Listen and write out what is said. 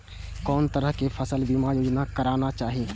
कोन तरह के फसल बीमा योजना कराना चाही?